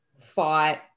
fought